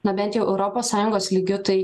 na bent jau europos sąjungos lygiu tai